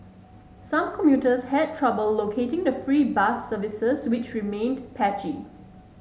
some commuters had trouble locating the free bus services which remained patchy